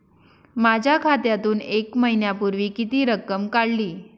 माझ्या खात्यातून एक महिन्यापूर्वी किती रक्कम काढली?